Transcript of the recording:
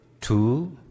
Two